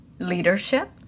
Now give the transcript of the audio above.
leadership